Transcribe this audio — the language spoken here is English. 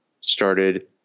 started